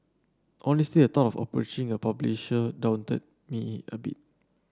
honestly the thought of approaching a publisher daunted me a bit